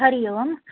Hari Om